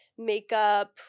makeup